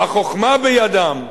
החוכמה בידם,